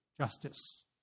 justice